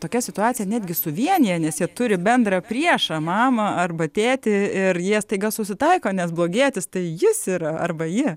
tokia situacija netgi suvienija nes jie turi bendrą priešą mamą arba tėtį ir jie staiga susitaiko nes blogietis tai jis yra arba ji